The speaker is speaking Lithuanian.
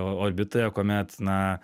orbitoje kuomet na